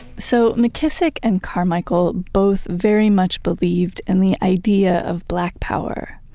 so mckissick and carmichael both very much believed in the idea of black power.